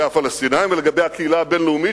הפלסטינים ולגבי הקהילה הבין-לאומית,